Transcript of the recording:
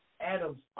Adam's